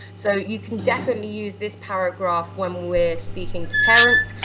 so you can definitely use this paragraph when we're speaking to parents,